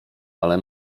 ale